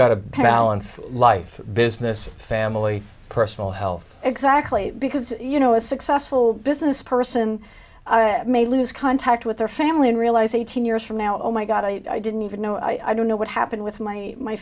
a balance life business family personal health exactly because you know a successful business person may lose contact with their family and realize eighteen years from now oh my god i didn't even know i don't know what happened with my my